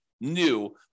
new